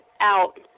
out